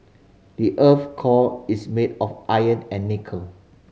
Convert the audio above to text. the earth's core is made of iron and nickel